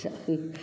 जाबाय